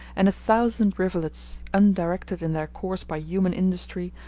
and a thousand rivulets, undirected in their course by human industry,